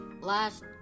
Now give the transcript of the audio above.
Last